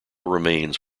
remains